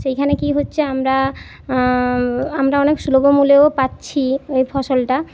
সেইখানে কি হচ্ছে আমরা আমরা অনেক সুলভ মূল্যেও পাচ্ছি এই ফসলটা